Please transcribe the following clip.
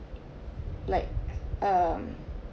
like um